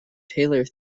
tailor